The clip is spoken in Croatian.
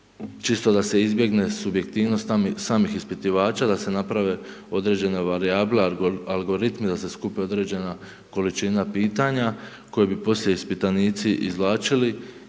čisto da se izbjegne subjektivnost samih ispitivača, da se naprave određene varijable, algoritmi da se skupe određena količina pitanja koja bi poslije ispitanici izvlačili,